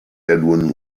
edwin